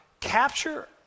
capture